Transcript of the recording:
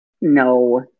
No